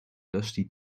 dusty